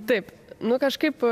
taip nu kažkaip